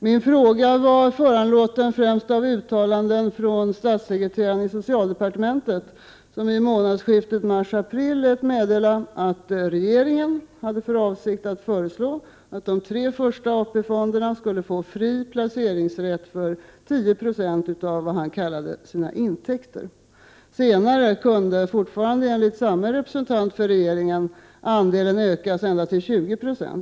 Min fråga var föranledd främst av uttalanden från statssekreteraren i socialdepartementet, som i månadsskiftet mars-april lät meddela att regeringen hade för avsikt att föreslå att de tre första AP-fonderna skulle få fri placeringsrätt för 10 96 av vad statssekreteraren kallade intäkter. Senare kunde, fortfarande enligt samma representant för regeringen, andelen ökas ända till 20 96.